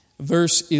Verse